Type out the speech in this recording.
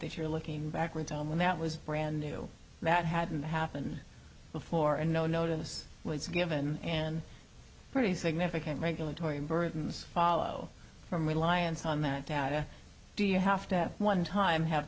that you're looking back in time when that was brand new that hadn't happened before and no notice was given and pretty significant regulatory burdens follow from reliance on that data do you have to have one time have